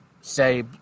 say